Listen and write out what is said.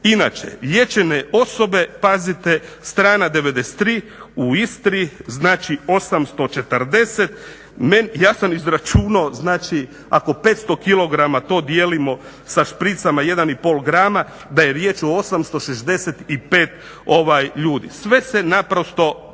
Inače liječene osobe, pazite strana 93., u Istri znači 840, ja sam izračunao znači ako 500 kg to dijelimo sa špricama 1,5 grama da je riječ o 865 ljudi. Sve se naprosto poklapa.